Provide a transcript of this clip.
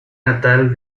natal